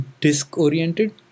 disk-oriented